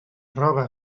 roba